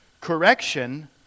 Correction